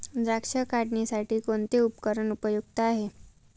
द्राक्ष काढणीसाठी कोणते उपकरण उपयुक्त आहे?